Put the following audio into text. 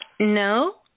No